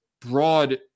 broad